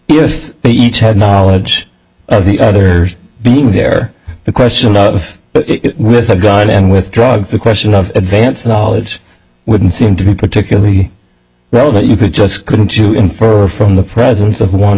if they each had knowledge of the others being there the question of god and with drugs the question of advance knowledge wouldn't seem to be particularly well that you could just couldn't you in for from the presence o